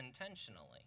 intentionally